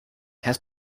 has